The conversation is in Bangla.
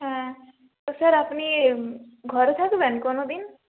হ্যাঁ স্যার আপনি ঘরে থাকবেন কোনো দিন